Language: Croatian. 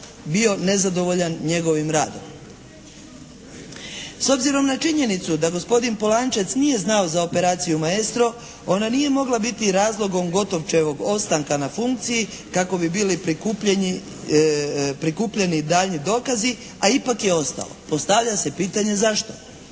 bio nezadovoljan njegovim radom. S obzirom na činjenicu da gospodin Polančec nije znao za operaciju "Maestro" ona nije mogla biti razlogom Gotovčevog ostanka na funkciji kako bi bili prikupljeni daljnji dokazi, a ipak je ostao. Postavlja se pitanje zašto?